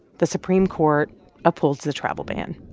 the supreme court upholds the travel ban.